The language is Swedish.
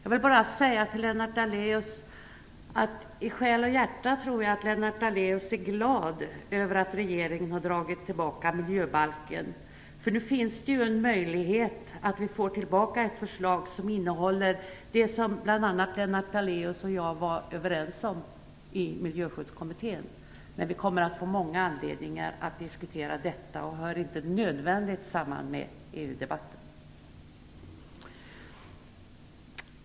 Till Lennart Daléus vill jag säga att jag tror att han i själ och hjärta är glad över att regeringen har dragit tillbaka miljöbalken. Det finns ju nu en möjlighet att få tillbaka ett förslag som innehåller det som bl.a. Lennart Daléus och jag var överens om i Miljöskyddskommittèn. Men vi kommer att få många anledningar att diskutera detta. Det hör inte nödvändigtvis samman med EU-debatten.